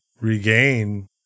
regain